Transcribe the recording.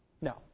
No